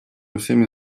всеми